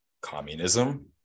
communism